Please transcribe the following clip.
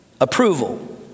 approval